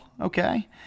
Okay